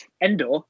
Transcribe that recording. Endor